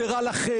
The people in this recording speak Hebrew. זה רע לכם,